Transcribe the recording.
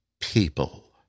people